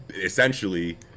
essentially